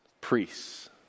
priests